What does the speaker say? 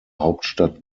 hauptstadt